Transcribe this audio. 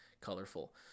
colorful